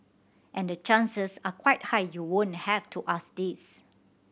and chances are quite high you won't have to ask this